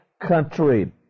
country